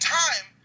time